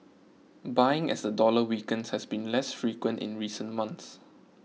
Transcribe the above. buying as the dollar weakens has been less frequent in recent months